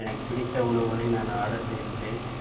எனக்கு பிடித்த உணவுகளை நான் ஆடர் செய்துள்ளேன்